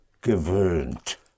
gewöhnt